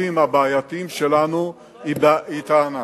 השותפים הבעייתיים שלנו היא טענה.